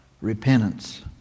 repentance